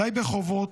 די בחובות,